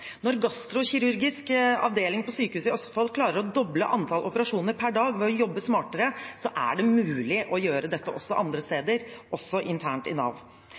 avdeling på Sykehuset Østfold klarer å doble antallet operasjoner per dag ved å jobbe smartere, er det mulig å gjøre dette også andre steder, også internt i Nav.